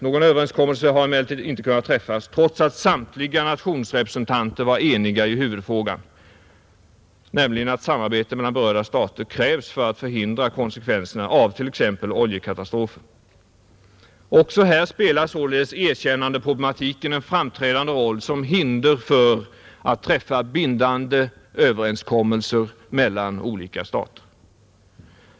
Någon överenskommelse har emellertid inte kunnat träffas, trots att samtliga nationsrepresentanter var eniga i huvudfrågan, nämligen att ett samarbete mellan berörda stater krävs för att förhindra konsekvenserna av t. ex, oljekatastrofer. Också här spelar således erkännandeproblematiken en framträdande roll som hinder för att träffa bindande överenskommelser mellan olika stater.